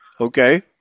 Okay